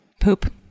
poop